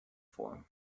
form